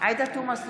עאידה תומא סלימאן,